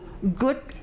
good